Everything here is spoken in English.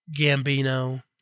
Gambino